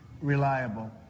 reliable